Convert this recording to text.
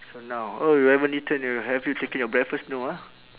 so now oh you haven't eaten you have you taken your breakfast no ah